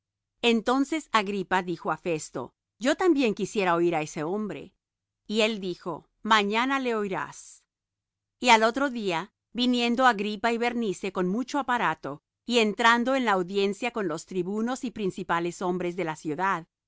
entonces agripa dijo á festo yo también quisiera oir á ese hombre y él dijo mañana le oirás y al otro día viniendo agripa y bernice con mucho aparato y entrando en la audiencia con los tribunos y principales hombres de la ciudad por